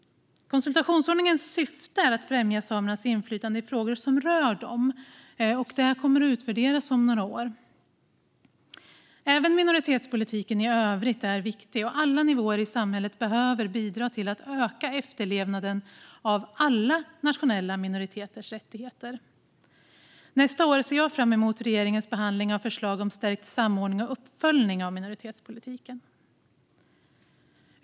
Konsultationsordningens syfte är att främja samernas inflytande i frågor som rör dem. Detta kommer att utvärderas om några år. Även minoritetspolitiken i övrigt är viktig, och alla nivåer i samhället behöver bidra till att öka efterlevnaden av alla de nationella minoriteternas rättigheter. Nästa år ser jag fram emot regeringens behandling av förslag om stärkt samordning och uppföljning av minoritetspolitiken.